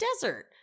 desert